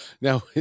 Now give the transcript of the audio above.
Now